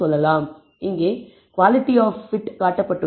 இங்கே quality of fit காட்டப்பட்டுள்ளது